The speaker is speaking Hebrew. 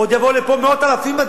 עוד יבואו הנה מאות אלפים.